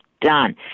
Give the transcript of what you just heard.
done